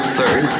Third